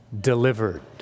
Delivered